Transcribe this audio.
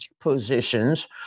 positions